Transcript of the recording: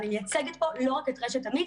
אני מייצגת פה לא רק את רשת אמית,